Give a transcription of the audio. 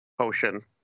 potion